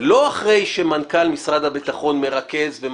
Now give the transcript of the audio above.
לא אחרי שמנכ"ל משרד הביטחון מרכז ומחליט,